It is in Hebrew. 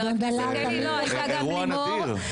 זה אירוע נדיר.